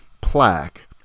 plaque